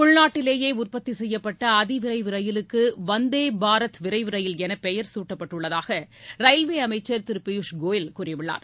உள்நாட்டிலேயே உற்பத்தி செய்யப்பட்ட அதிவிரைவு ரயிலுக்கு வந்தே பாரத் விரைவு ரயில் என பெயர் குட்டப்பட்டுள்ளதாக ரயில்வே அமைச்சர் திரு பியூஷ் கோயல் கூறியுள்ளார்